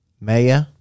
maya